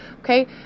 okay